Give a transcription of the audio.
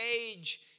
age